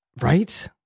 right